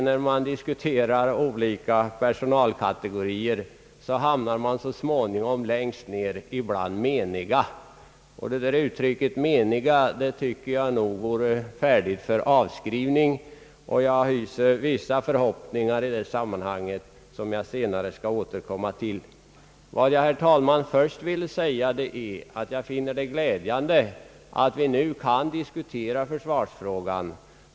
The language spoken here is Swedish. När man diskuterar olika personalkategorier hamnar man så småningom längst ner bland meniga. Det är ett uttryck som jag ofta reagerar emot och som jag nog anser borde vara färdigt för avskrivning. Jag hyser vissa förhoppningar i det sammanhanget, som jag senare skall återkomma till. Först vill jag dock säga att jag finner det glädjande att vi nu kan diskutera försvarsfrågan.